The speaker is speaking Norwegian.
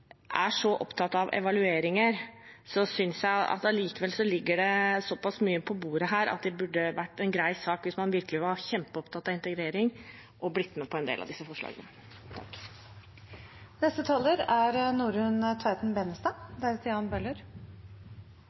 opptatt av evalueringer, ligger det såpass mye på bordet her at det burde vært en grei sak, hvis man virkelig var kjempeopptatt av integrering, å bli med på en del av disse forslagene.